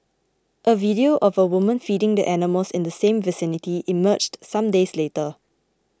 a video of a woman feeding the animals in the same vicinity emerged some days later